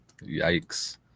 Yikes